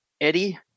Eddie